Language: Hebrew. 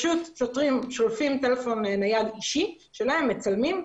פשוט שוטרים שולפים טלפון נייד אישי שלהם ומצלמים.